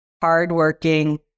hardworking